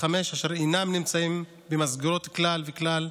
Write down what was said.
חמש אשר אינם נמצאים במסגרות כלל וכלל,